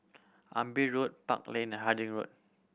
Amber Road Park Lane Harding Road